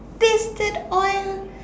taste the oil